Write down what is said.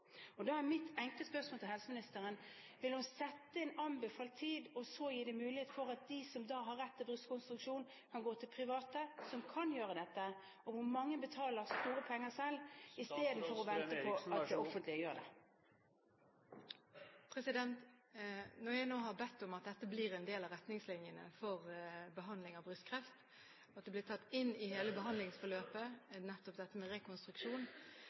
Da er mitt enkle spørsmål til helseministeren: Vil helseministeren sette en anbefalt tid og gi dem som har rett til en brystrekonstruksjon, mulighet til å gå til private som kan gjøre dette – og hvor mange betaler store penger selv – istedenfor å vente på at det offentlige gjør det? Når jeg nå har bedt om at dette blir en del av retningslinjene for behandling av brystkreft, at nettopp det med rekonstruksjon blir tatt inn i hele behandlingsforløpet, må vi også få en anbefaling om hvordan dette